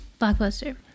Blockbuster